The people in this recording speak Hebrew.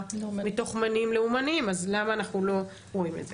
מתוך מניעים לאומניים אז למה אנחנו לא רואים את זה.